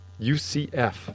UCF